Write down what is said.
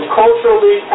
culturally